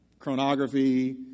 chronography